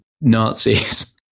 Nazis